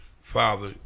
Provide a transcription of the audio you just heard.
father